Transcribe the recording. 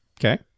Okay